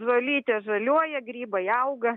žolytė žaliuoja grybai auga